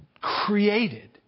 created